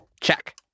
Check